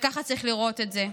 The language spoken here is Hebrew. וככה צריך לראות את זה.